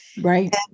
Right